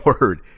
word